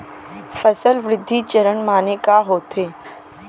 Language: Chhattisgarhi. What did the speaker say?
फसल वृद्धि चरण माने का होथे?